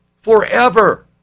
forever